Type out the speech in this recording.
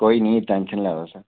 कोई निं टेंशन निं लैओ तुस